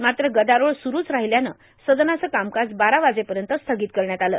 मात्र गदारोळ सुरुच र्राहल्यानं सदनाचं कामकाज बारा वाजेपयत स्थागत करण्यात आलं